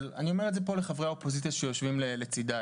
אבל אני אומר את זה כאן לחברי האופוזיציה שיושבים לצדי.